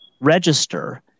register